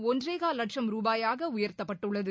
ஒன்றேகால் லட்சம் ரூபாயாக உயர்த்தப்பட்டுள்ளது